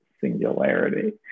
singularity